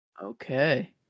Okay